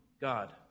God